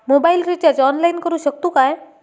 Mobile recharge online करुक शकतू काय?